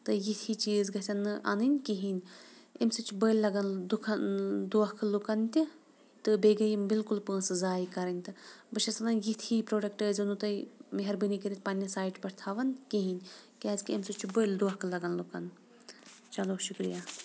تہٕ یِتھ ہِوۍ چیٖز گژھن نہٕ اَنٕنۍ کِہیٖنۍ امہِ سۭتۍ چھُ بٔلۍ لَگان دُکھَن دھوکہٕ لُکَن تہِ تہٕ بیٚیہِ گٔیٚے یِم بالکل پونٛسہٕ زاے کَرٕنۍ تہٕ بہٕ چھٮ۪س وَنان یِتھ ہِوۍ پرٛوڈَکٹ ٲسۍ زیٚو نہٕ تُہۍ مہربٲنی کٔرِتھ پنٛنہِ سایٹہِ پٮ۪ٹھ تھَوان کِہیٖنۍ کیٛازِکہِ اَمہِ سۭتۍ چھُ بٔلۍ دھوکہٕ لَگان لُکَن چلو شُکریہ